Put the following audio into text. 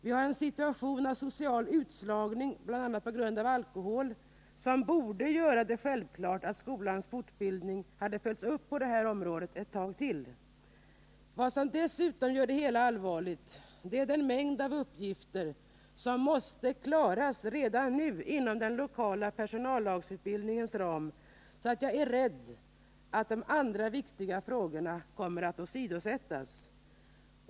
Vi har en situation med social utslagning, bl.a. på grund av alkohol, som borde göra att det var självklart att skolans fortbildning på detta område hade följts upp ett tag till. Något som dessutom gör det hela allvarligt är den mängd av uppgifter som måste klaras redan nu inom den lokala personallagsutbildningens ram. Jag är rädd för att de andra viktiga frågorna kommer att åsidosättas.